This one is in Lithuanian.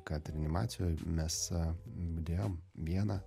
kad reanimacijoj mes budėjom vieną